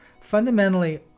Fundamentally